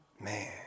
Man